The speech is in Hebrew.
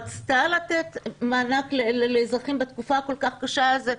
רצתה לתת מענק לאזרחים בתקופה הכל-כך קשה הזאת,